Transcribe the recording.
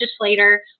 legislator